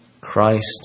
Christ